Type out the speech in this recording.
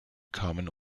kamen